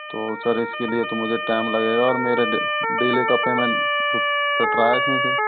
तो सर इसके लिए तो मुझे टाइम लगेगा और मेरे डे डेली का पेमेंट कट रहा है इसमें से